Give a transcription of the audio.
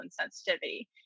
sensitivity